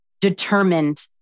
determined